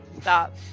stop